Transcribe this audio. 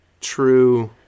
true